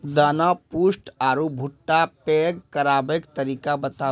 दाना पुष्ट आर भूट्टा पैग करबाक तरीका बताऊ?